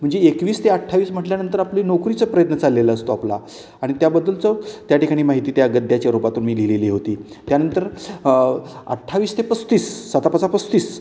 म्हणजे एकवीस ते अठ्ठावीस म्हटल्यानंतर आपली नोकरीचा प्रयत्न चाललेलं असतो आपला आणि त्याबद्दलचं त्या ठिकाणी माहिती त्या गद्याच्या रुपातून मी लिहिलेली होती त्यानंतर अठ्ठावीस ते पस्तीस साता पाचा पस्तीस